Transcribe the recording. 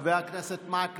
חבר הכנסת מקלב,